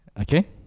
Okay